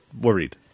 worried